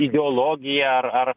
ideologiją ar ar